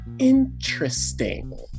Interesting